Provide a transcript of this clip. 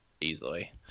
easily